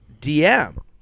dm